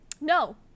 no